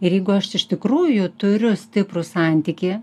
ir jeigu aš iš tikrųjų turiu stiprų santykį